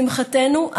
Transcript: לשמחתנו,